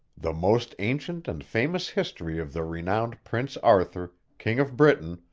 the most ancient and famous history of the renowned prince arthur, king of britaine,